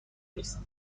نیست